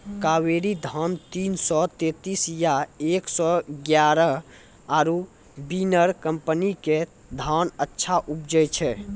कावेरी धान तीन सौ तेंतीस या एक सौ एगारह आरु बिनर कम्पनी के धान अच्छा उपजै छै?